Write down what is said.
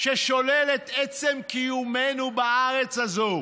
ששוללת עצם קיומנו בארץ הזאת.